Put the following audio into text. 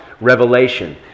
revelation